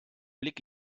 blick